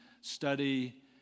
study